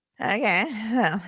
Okay